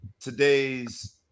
today's